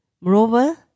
Moreover